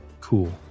cool